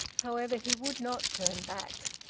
however, he would not turn back.